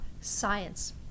science